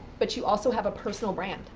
but you also have a personal brand.